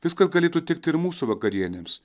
viskas galėtų tikti ir mūsų vakarienėms